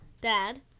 Dad